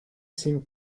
seem